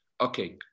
okay